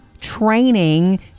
Training